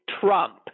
Trump